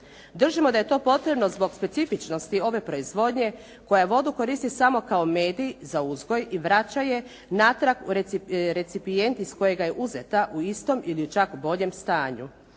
Držimo da je to potrebno zbog specifičnosti ove proizvodnje koja vodu koristi samo kao medij za uzgoj i vraća je natrag u recipijent iz kojega je uzeta u istom ili u čak boljem stanju.